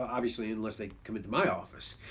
obviously unless they come into my office.